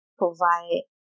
provide